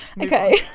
Okay